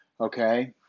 okay